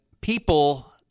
people